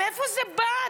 מאיפה זה בא?